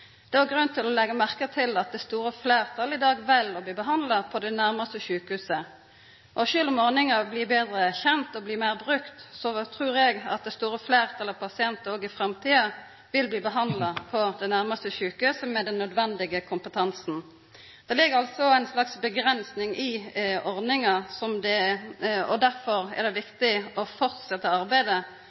Det er òg grunn til å leggja merke til at det store fleirtalet i dag vel å bli behandla på det nærmaste sjukehuset. Sjølv om ordninga blir betre kjend og meir brukt, trur eg det store fleirtalet av pasientar òg i framtida vil bli behandla på det nærmaste sjukehuset med den nødvendige kompetansen. Det ligg altså ei slags avgrensing i ordninga. Derfor er det viktig å fortsetja arbeidet